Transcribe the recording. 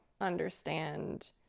understand